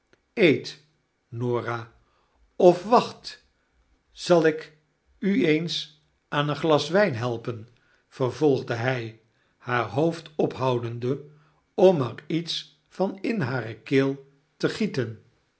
eet norah of wacht zal ik u eens aan een glas wijn helpen vervolgde hi haar hoofd ophoudende om er iets van in hare keel te gieten